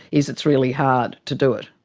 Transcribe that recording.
is it's really hard to do it.